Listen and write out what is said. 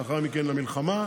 ולאחר מכן למלחמה,